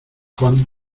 juan